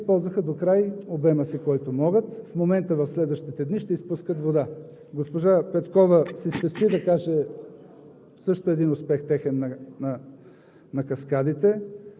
Така че проведохме високите води. Две от каскадите използваха докрай обема си. В следващите дни ще изпускат вода. Госпожа Петкова спести да каже